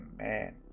man